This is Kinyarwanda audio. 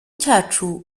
cyacu